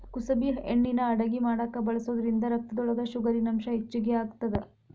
ಕುಸಬಿ ಎಣ್ಣಿನಾ ಅಡಗಿ ಮಾಡಾಕ ಬಳಸೋದ್ರಿಂದ ರಕ್ತದೊಳಗ ಶುಗರಿನಂಶ ಹೆಚ್ಚಿಗಿ ಆಗತ್ತದ